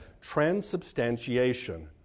transubstantiation